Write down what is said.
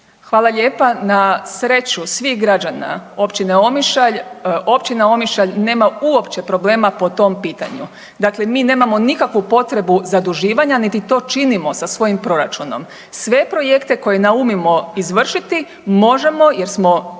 Hvala lijepa. Na sreću svih građana općine Omišalj, općina Omišalj nema uopće problema po tom pitanju. Dakle, mi nemamo nikakvu potrebu zaduživanja niti to činimo sa svojim proračunom. Sve projekte koje naumimo izvršiti, možemo jer smo